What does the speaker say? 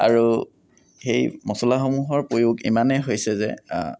আৰু সেই মছলাসমূহৰ প্ৰয়োগ ইমানেই হৈছে যে